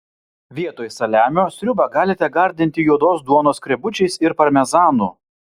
vietoj saliamio sriubą galite gardinti juodos duonos skrebučiais ir parmezanu